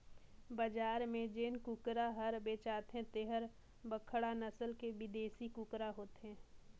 बजार में जेन कुकरा हर बेचाथे तेहर बड़खा नसल के बिदेसी कुकरा होथे